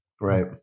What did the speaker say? right